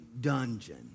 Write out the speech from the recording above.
dungeon